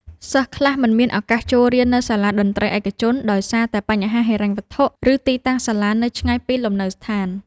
សិស្សខ្លះមិនមានឱកាសចូលរៀននៅសាលាតន្ត្រីឯកជន ដោយសារតែបញ្ហាហិរញ្ញវត្ថុ ឬទីតាំងសាលានៅឆ្ងាយពីលំនៅដ្ឋាន។